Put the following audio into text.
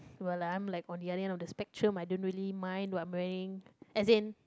well I'm like on the other hand of the spectrum I don't really mind what I'm wearing as in